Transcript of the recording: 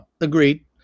agreed